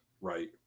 right